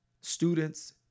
students